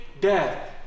death